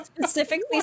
specifically